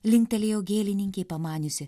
linktelėjo gėlininkė pamaniusi